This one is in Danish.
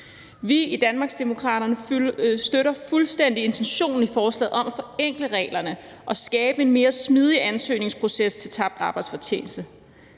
Vi i Danmarksdemokraterne støtter fuldstændig intentionen i forslaget om at forenkle reglerne og skabe en mere smidig ansøgningsproces i forhold til tabt arbejdsfortjeneste.